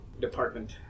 department